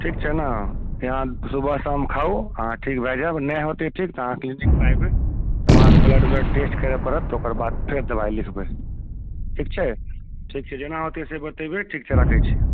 ठीक छै ने ई अहाँ सुबह शाम खाउ अहाँ ठीक भए जायब नहि होतै ठीक तऽ अहाँ क्लिनिकपर तब एबै अहाँके ब्लड ब्लड टेस्ट करय पड़त तऽ ओकर बाद फेर दबाइ लिखबै ठीक छै जेना होतै से बतेबै ठीक छै राखैत छी